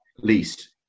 least